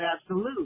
absolute